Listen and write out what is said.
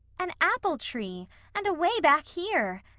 an apple tree and away back here!